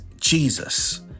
Jesus